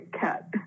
cat